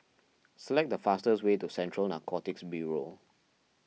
select the fastest way to Central Narcotics Bureau